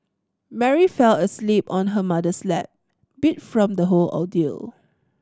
Mary fell asleep on her mother's lap beat from the whole ordeal